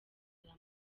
amaso